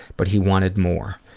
but he wanted more.